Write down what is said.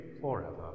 forever